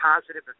positive